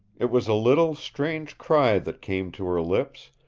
it was a little, strange cry that came to her lips,